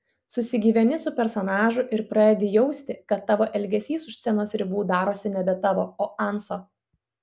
susigyveni su personažu ir pradedi jausti kad tavo elgesys už scenos ribų darosi nebe tavo o anso